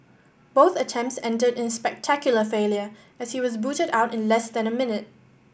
both attempts ended in spectacular failure as he was booted out in less than a minute